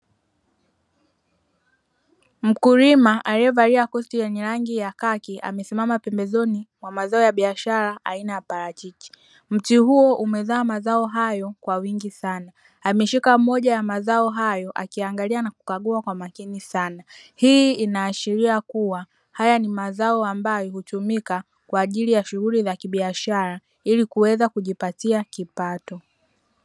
Mkulima aliyevalia koti lenye rangi la kaki amesimama pembezoni mwa mazao ya biashara aina ya parachichi. Miti umezaa mazao hayo kwa wingi sana ameshika moja ya mazao hayo akiangalia na kukagua kwa makini sana. Hii inaashiria kuwa haya ni mazao ambayo hutumika kwa ajili ya shughuli za kibiashara ili kuweza kujipatia kipato.